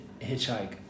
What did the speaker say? hitchhike